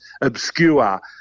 obscure